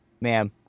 ma'am